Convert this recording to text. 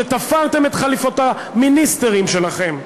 שתפרתם את חליפות המיניסטרים שלכם,